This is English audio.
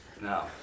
No